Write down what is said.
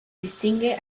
distingue